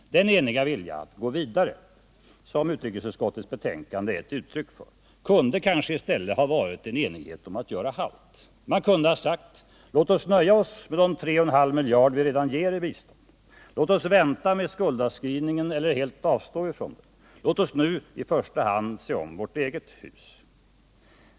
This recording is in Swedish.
Den eniga vilja att gå vidare som utrikesutskottets betänkande är ett uttryck för kunde kanske i stället ha varit en enighet om att göra halt. Man kunde ha sagt: Låt oss nöja oss med de 3,5 miljarder vi ger i bistånd. Låt oss vänta med skuldavskrivningen eller helt avstå från den. Låt oss nu i första hand se om vårt eget hus.